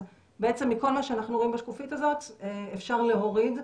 אז בעצם מכל מה שאנחנו רואים בשקופית הזאת אפשר להוריד,